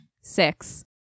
Six